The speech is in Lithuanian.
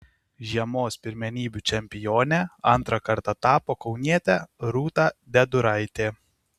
žiemos pirmenybių čempione antrą kartą tapo kaunietė rūta deduraitė